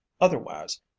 Otherwise